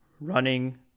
running